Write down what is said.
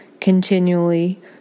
continually